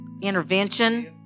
intervention